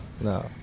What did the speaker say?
no